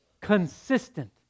consistent